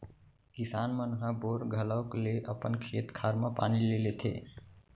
किसान मन ह बोर घलौक ले अपन खेत खार म पानी ले लेथें